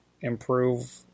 improve